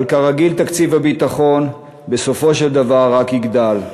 אבל כרגיל, תקציב הביטחון בסופו של דבר רק יגדל.